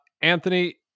Anthony